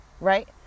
right